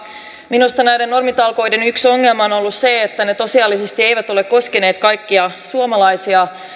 minusta näiden normitalkoiden yksi ongelma on on ollut se että ne tosiasiallisesti eivät ole koskeneet kaikkia suomalaisia